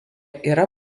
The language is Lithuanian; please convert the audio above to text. yra